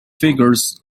figures